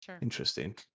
interesting